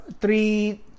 Three